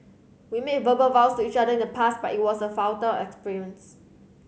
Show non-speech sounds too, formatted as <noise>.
we made verbal vows to each other in the past but it was a futile <unintelligible>